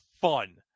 fun